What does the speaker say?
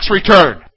return